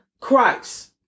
Christ